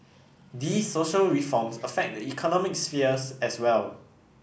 these social reforms affect the economic sphere as well